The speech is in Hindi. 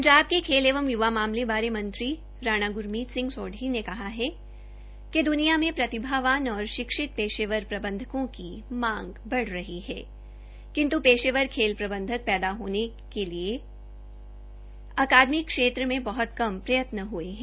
पंजाब के खेल एवं य्वा सेवाओं बारे मंत्री राणा ग्रमीत सिंह सोडी ने कहा है कि दुनिया में प्रतिभावान और शिक्षित पेशेवर प्रबंधकों की मांग बढ़ी है किन्त् पेशवर खेल प्रबंधनक पैदा करने के लिए अकादमिक क्षेत्र में बहत कम प्रयत्न हये है